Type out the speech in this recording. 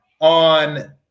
on